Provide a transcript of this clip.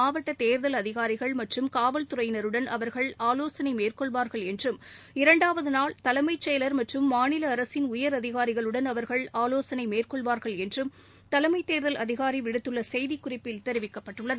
மாவட்ட தேர்தல் அதிகாரிகள் மற்றும் காவல்துறையினருடன் அவர்கள் ஆலோசனை மேற்கொள்வார்கள் என்றும் இரண்டாவது நாள் தலைமைச்செயலர் மற்றும் மாநில அரசின் உயரதிகாரிகளுடன் அவர்கள் ஆலோசனை மேற்கொள்வார்கள் என்றும் தலைமை தேர்தல் அதிகாரி விடுத்துள்ள செய்திக்குறிப்பில் தெரிவிக்கப்பட்டுள்ளது